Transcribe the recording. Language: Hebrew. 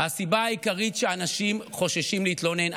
הסיבה העיקרית היא שאנשים חוששים להתלונן,